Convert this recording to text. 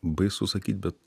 baisu sakyt bet